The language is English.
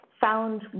found